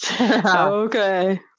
Okay